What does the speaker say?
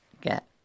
get